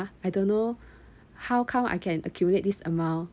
I don't know how come I can accumulate this amount